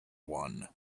one